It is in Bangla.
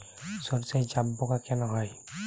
সর্ষায় জাবপোকা কেন হয়?